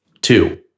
Two